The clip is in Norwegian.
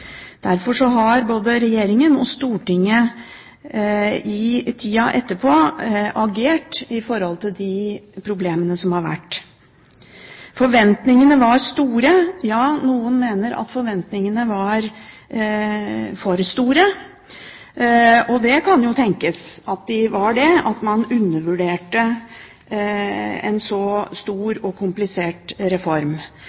Derfor har både Regjeringen og Stortinget i tida etterpå agert overfor de problemene som har vært. Forventningene var store. Ja, noen mener at forventningene var for store, og det kan jo tenkes at de var det – at man undervurderte en så